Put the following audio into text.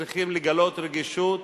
צריכים לגלות רגישות,